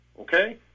okay